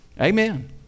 Amen